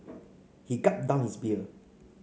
he gulped down his beer